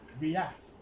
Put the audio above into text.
react